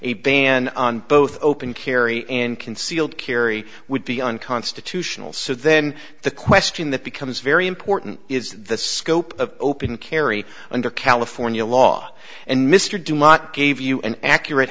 a ban on both open carry and concealed carry would be unconstitutional so then the question that becomes very important is the scope of open carry under california law and mr do not give you an accurate